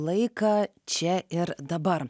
laiką čia ir dabar